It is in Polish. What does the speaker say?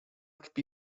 kpi